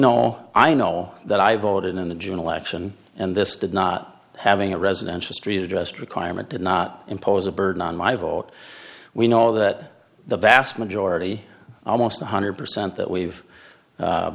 know i know that i voted in the june election and this did not having a residential street address requirement did not impose a burden on my vote we know that the vast majority almost one hundred percent that we've